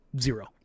zero